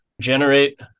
generate